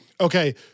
Okay